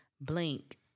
Blink